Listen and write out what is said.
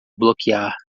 bloquear